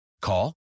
Call